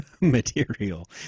material